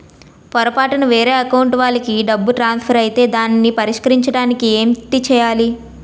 పొరపాటున వేరే అకౌంట్ వాలికి డబ్బు ట్రాన్సఫర్ ఐతే దానిని పరిష్కరించడానికి ఏంటి చేయాలి?